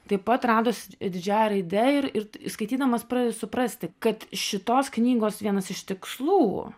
taip pat rados didžiąja raide ir ir skaitydamas pradedi suprasti kad šitos knygos vienas iš tikslų